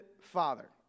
father